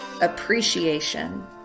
appreciation